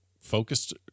focused